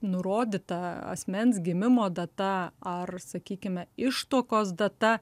nurodyta asmens gimimo data ar sakykime ištuokos data